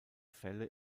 fälle